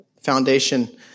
Foundation